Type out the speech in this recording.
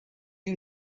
you